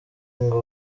ngo